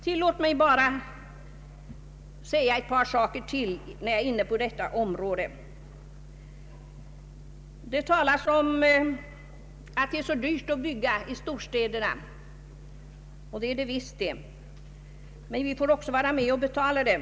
Tillåt mig att säga några saker till när jag är inne på detta område. Det talas om att det är så dyrt att bygga i storstäderna. Det är det visst. Men vi får också vara med och betala det.